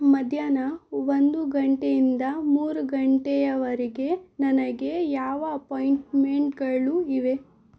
ಮಧ್ಯಾಹ್ನ ಒಂದು ಗಂಟೆಯಿಂದ ಮೂರು ಗಂಟೆಯವರೆಗೆ ನನಗೆ ಯಾವ ಅಪಾಯಿಂಟ್ಮೆಂಟ್ಗಳು ಇವೆ